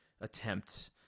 attempt